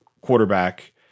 quarterback